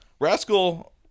Rascal